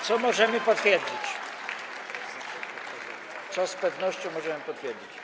Co możemy potwierdzić, co z pewnością możemy potwierdzić.